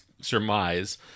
surmise